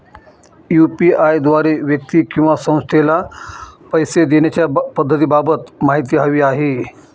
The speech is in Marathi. यू.पी.आय द्वारे व्यक्ती किंवा संस्थेला पैसे देण्याच्या पद्धतींबाबत माहिती हवी आहे